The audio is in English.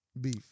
beef